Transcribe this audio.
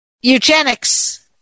eugenics